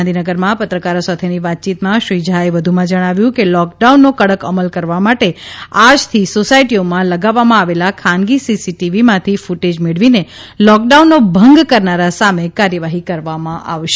ગાંધીનગરમાં પત્રકારો સાથેની વાતચીતમાં શ્રી ઝાએ વધુમાં જણાવ્યું હતું કે લોકડાઉનનો કડક અમલ કરવા માટે આજથી સોસાયટીઓમાં લગાવવામાં આવેલા ખાનગી સીસીટીવીમાંથી ક્ટેજ મેળવીને લોકડાઉનનો ભંગ કરનારા સામે કાર્યવાહી કરવામાં આવશે